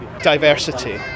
diversity